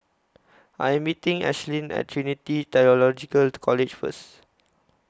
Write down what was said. I Am meeting Ashlynn At Trinity Theological College First